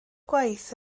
gwaith